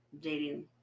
dating